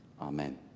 Amen